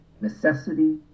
necessity